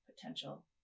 potential